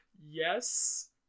yes